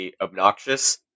obnoxious